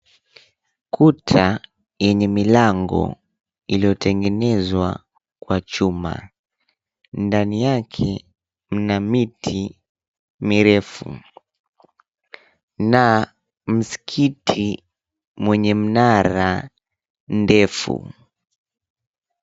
Kuta yenye milango iliyotengenezwa kwa chuma, ndani yake mna miti mirefu na msikiti mwenye mnara ndefu.